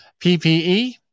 PPE